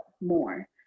more